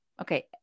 Okay